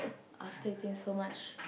after eating so much